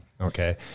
okay